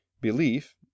belief